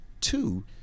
two